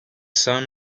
son